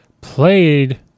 played